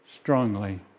strongly